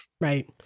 Right